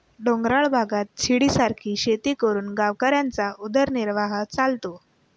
डोंगराळ भागात शिडीसारखी शेती करून गावकऱ्यांचा उदरनिर्वाह चालतो